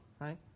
right